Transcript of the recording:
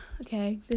Okay